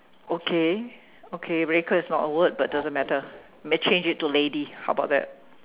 okay okay very clear it's not a word but doesn't matter may change it to lady how about that